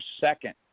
second